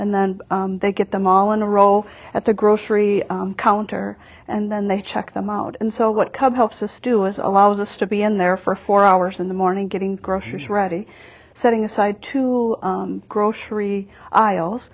and then they get them all in a row at the grocery counter and then they check them out and so what cup helps us do is allows us to be in there for four hours in the morning getting groceries ready setting aside to grocery aisles